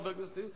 חבר הכנסת זאב,